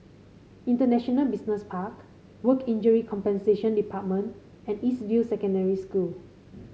International Business Park Work Injury Compensation Department and East View Secondary School